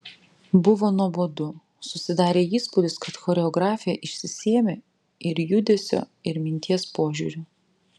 buvo nuobodu susidarė įspūdis kad choreografė išsisėmė ir judesio ir minties požiūriu